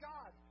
God